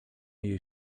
jej